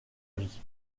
vie